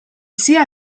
sia